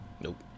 Nope